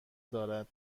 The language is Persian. دارد